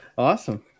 awesome